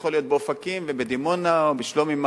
ויכול להיות באופקים ובדימונה או בשלומי,